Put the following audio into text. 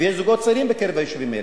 ויש זוגות צעירים ביישובים האלה,